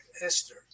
Esther